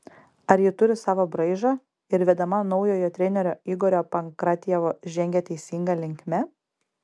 ar ji turi savo braižą ir vedama naujojo trenerio igorio pankratjevo žengia teisinga linkme